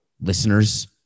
listeners